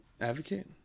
advocate